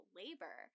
labor